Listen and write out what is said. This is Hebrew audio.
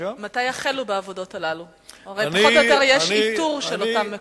הרי יש איתור פחות או יותר של אותם מקומות.